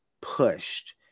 pushed